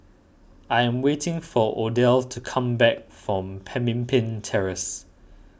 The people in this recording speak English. I am waiting for Odell's to come back from Pemimpin Terrace